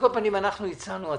הצענו הצעה.